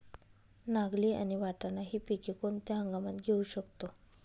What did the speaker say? नागली आणि वाटाणा हि पिके कोणत्या हंगामात घेऊ शकतो?